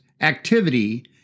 activity